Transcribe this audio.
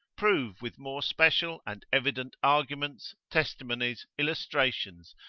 prove with more special and evident arguments, testimonies, illustrations,